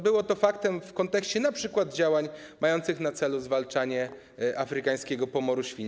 Było to faktem w kontekście np. działań mających na celu zwalczanie afrykańskiego pomoru świń.